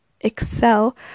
excel